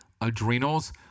adrenals